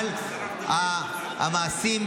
אבל המעשים,